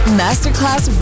masterclass